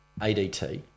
adt